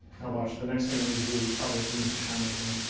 now watch, the next thing i need to do we probably have to move the camera again.